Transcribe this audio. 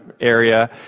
area